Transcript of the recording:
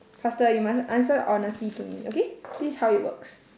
you must answer honestly to me okay this is how it works